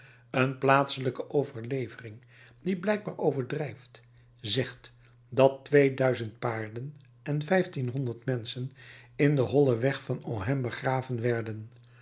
een plaatselijke overlevering die blijkbaar overdrijft zegt dat twee duizend paarden en vijftienhonderd menschen in den hollen weg van ohain begraven werden